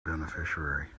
beneficiary